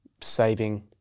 saving